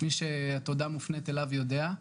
מי שהתודה מופנית אליו יודע.